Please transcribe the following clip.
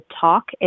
talk